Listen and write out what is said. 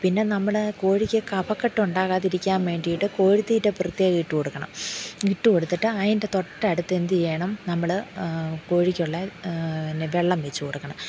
പിന്നെ നമ്മൾ കോഴിക്ക് കഫക്കെട്ട് ഉണ്ടാകാതിരിക്കാൻ വേണ്ടിയിട്ട് കോഴിത്തീറ്റ പ്രൃത്യേകം ഇട്ട് കൊടുക്കണം ഇട്ട് കൊടുത്തിട്ട് അതിൻ്റെ തൊട്ടടുത്ത് എന്ത് ചെയ്യണം നമ്മൾ കോഴിക്കുള്ള വെള്ളം വച്ചു കൊടുക്കണം